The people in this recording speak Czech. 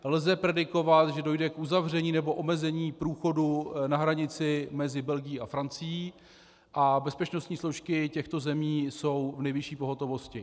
Lze predikovat, že dojde k uzavření nebo k omezení průchodu na hranici mezi Belgií a Francií, a bezpečnostní složky těchto zemí jsou v nejvyšší pohotovosti.